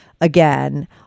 again